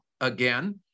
again